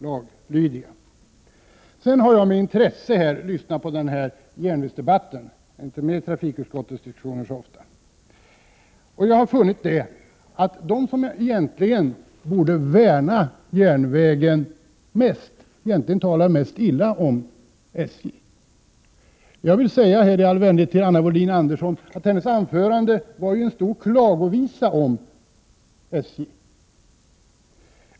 Jag har med intresse lyssnat på järnvägsdebatten — jag är ju inte med i trafikutskottets diskussioner så ofta. Jag har funnit att de som egentligen borde värna om järnvägen mest är de som talar mest illa om SJ. Jag vill säga i all vänlighet till Anna Wohlin-Andersson att hennes anförande var en stor klagovisa över SJ.